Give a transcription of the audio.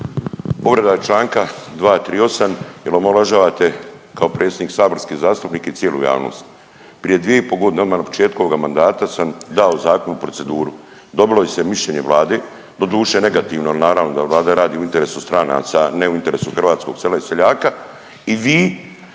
Povreda čl. 238. jel omalovažavate kao predsjednik saborske zastupnike i cijelu javnost. Prije 2,5.g. odma na početku ovoga mandata sam dao zakon u proceduru, dobilo se je mišljenje vlade, doduše negativno, al naravno da vlada radi u interesu stranaca, a ne u interesu hrvatskog sela i seljaka